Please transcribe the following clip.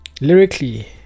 lyrically